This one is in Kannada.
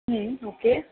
ಹ್ಞೂ ಓಕೆ